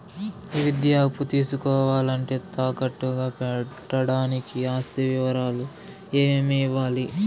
ఈ విద్యా అప్పు తీసుకోవాలంటే తాకట్టు గా పెట్టడానికి ఆస్తి వివరాలు ఏమేమి ఇవ్వాలి?